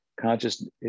consciousness